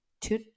two